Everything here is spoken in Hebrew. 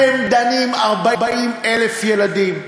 אתם דנים 40,000 ילדים לחשכה,